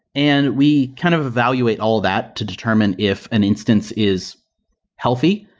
and we kind of evaluate all that to determine if an instance is healthy.